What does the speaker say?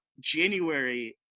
january